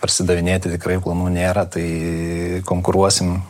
parsidavinėti tikrai planų nėra tai konkuruosim